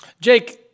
Jake